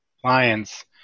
clients